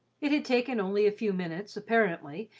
it had taken only a few minutes, apparently,